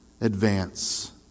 Advance